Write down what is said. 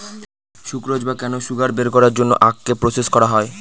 sucrose বা cane sugar বের করার জন্য আখকে প্রসেস করা হয়